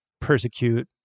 persecute